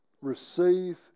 Receive